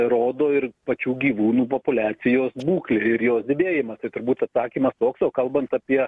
rodo ir pačių gyvūnų populiacijos būklė ir jos didėjimas tai turbūt atsakymas toks o kalbant apie